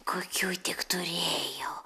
kokių tik turėjau